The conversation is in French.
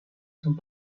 sont